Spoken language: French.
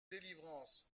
delivrance